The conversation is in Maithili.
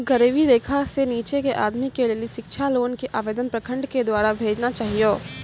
गरीबी रेखा से नीचे के आदमी के लेली शिक्षा लोन के आवेदन प्रखंड के द्वारा भेजना चाहियौ?